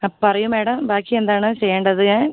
ആ പറയൂ മാഡം ബാക്കി എന്താണ് ചെയ്യേണ്ടത് ഞാൻ